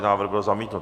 Návrh byl zamítnut.